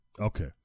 okay